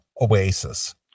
Oasis